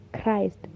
Christ